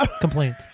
Complaint